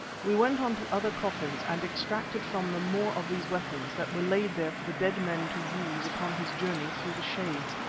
we went on to other coffins and extracted from them more of these weapons that were laid there for the dead man to use upon his journey through the shades,